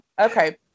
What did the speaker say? Okay